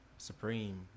Supreme